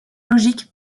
logiques